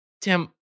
Tim